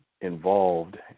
involved